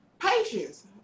Patience